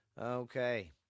Okay